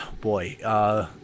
boy